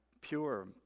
pure